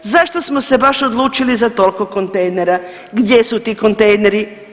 Zašto smo se baš odlučili za toliko kontejnera, gdje su ti kontejneri.